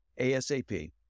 asap